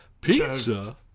pizza